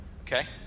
okay